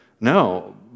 No